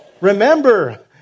Remember